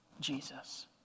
Jesus